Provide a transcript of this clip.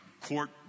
court